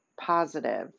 positive